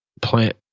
plant